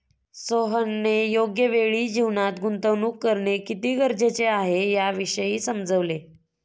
सोहनने योग्य वेळी जीवनात गुंतवणूक करणे किती गरजेचे आहे, याविषयी समजवले